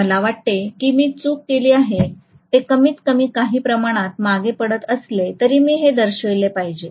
मला वाटते की मी चूक केली आहे ते कमीतकमी काही प्रमाणात मागे पडत असले तरी मी ते दर्शविले पाहिजे